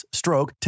stroke